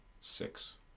Six